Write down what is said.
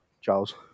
Charles